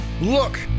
look